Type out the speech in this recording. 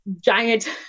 giant